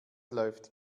läuft